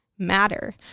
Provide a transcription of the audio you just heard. matter